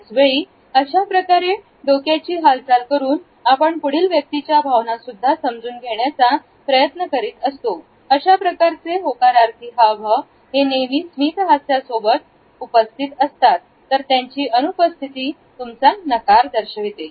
त्याचवेळी अशाप्रकारे डोक्याची हालचाल करून आपण पुढील व्यक्तीच्या भावना सुद्धा समजून घेण्याचा प्रयत्न करतो तर अशा प्रकारचे होकारार्थी हावभाव हे नेहमी स्मितहास्य सोबत उपस्थित असतात तर त्यांची अनुपस्थिती तुमचा नकार दर्शविते